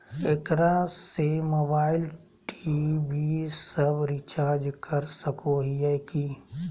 एकरा से mobile TV सब रिचार्ज कर सको हियै की?